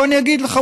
בוא אני אגיד לך,